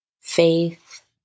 faith